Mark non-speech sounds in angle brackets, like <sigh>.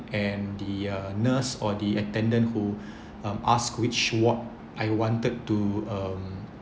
and the uh nurse or the attendant who <breath> um ask which ward I wanted to um